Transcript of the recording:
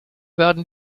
werden